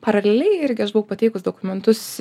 paraleliai irgi aš buvau pateikus dokumentus